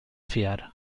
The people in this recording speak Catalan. fiar